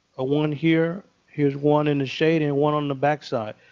a one here. here's one in the shade and one on the backside.